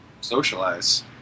socialize